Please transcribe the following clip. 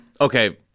Okay